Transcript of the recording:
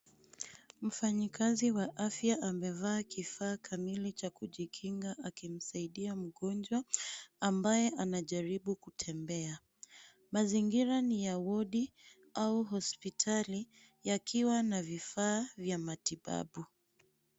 Mfanyikazi wa afya amevaa kifaa kamili cha kujikinga akimsaidia mgonjwa ambaye anajaribu kutembea. Mazingira ni ya wodi au hospitali yakiwa na vifaa vya matibabu.